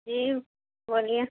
جی بولیے